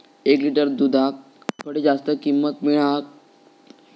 एक लिटर दूधाक खडे जास्त किंमत मिळात?